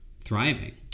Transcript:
thriving